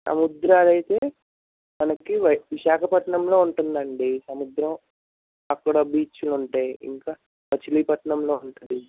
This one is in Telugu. సముద్రాలు అయితే మనకి విశాఖపట్నంలో ఉంటుందండి సముద్రం అక్కడ బీచులు ఉంటాయి ఇంకా మచిలీపట్నంలో ఉంటాయి